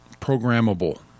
programmable